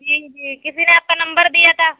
جی جی کسی نے آپ کا نمبر دیا تھا